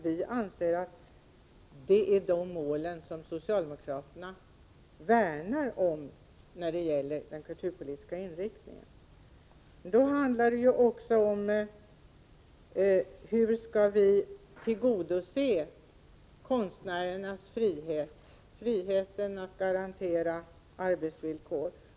Vi anser att det är de målen som socialdemokraterna värnar om när det gäller den kulturpolitiska inriktningen. Då handlar det också om hur vi skall tillgodose konstnärernas frihet — friheten att garantera arbetsvillkoren.